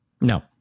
No